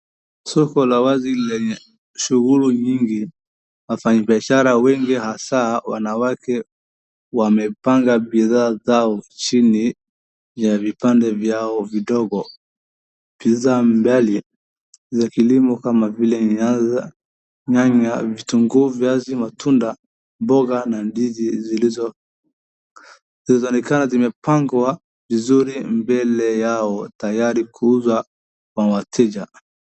Soko la wazi lenye shughuli mingi wafanyakazi wengi haswa wanawake wamepanga bidhaa zao chini ya vipande vyao vidogo. Bidhaa mbalimbali za kilimo kama vile nyanya, vitunguu, viazi, matunda, mboga na ndizi zilizoonekana zimepangwa vizuri mbele yao tayari kuuzwa kwa wateja.